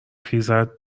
خیزد